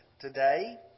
today